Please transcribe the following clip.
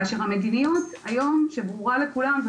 כאשר המדיניות היום שברורה לכולם,